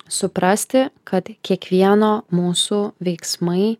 suprasti kad kiekvieno mūsų veiksmai